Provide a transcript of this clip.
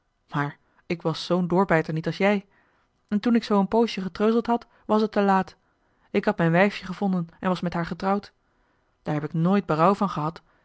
maar ik was zoo'n doorbijter niet als jij en toen ik zoo een poosje getreuzeld had was het te laat ik had mijn wijfje gevonden en was met haar getrouwd daar heb ik nooit berouw van gehad